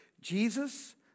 Jesus